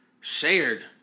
shared